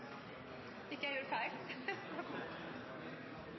ikke mye feil